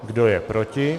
Kdo je proti?